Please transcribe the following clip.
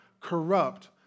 corrupt